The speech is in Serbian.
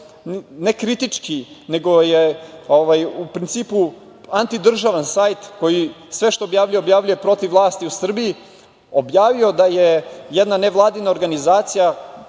ne kritički, nego je u principu antidržavni sajt koji sve što objavljuje objavljuje protiv vlasti u Srbiji objavio da je jedna nevladina organizacija,